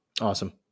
Awesome